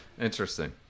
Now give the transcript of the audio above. Interesting